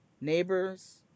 neighbors